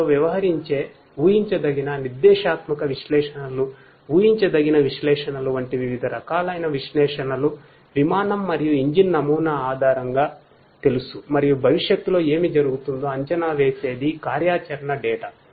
మీతో వ్యవహరించే ఉహించదగిన నిర్దేశాత్మక విశ్లేషణలు ఉహించదగిన విశ్లేషణలు వంటి వివిధ రకాలైన విశ్లేషణలు విమానం మరియు ఇంజిన్ నమూనా ఆధారంగా తెలుసు మరియు భవిష్యత్తులో ఏమి జరుగుతుందో అంచనా వేసేధి కార్యాచరణ డేటా